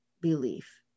belief